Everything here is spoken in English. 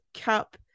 Cup